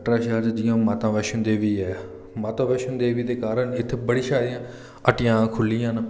कटरा शैह्र च जि'यां हून माता वैष्णो देवी ऐ माता वैष्णो दे कारण इत्थें बड़ा इ'यां हट्टियां खुल्लियां न